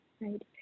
right